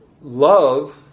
love